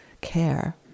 care